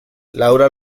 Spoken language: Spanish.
laura